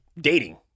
dating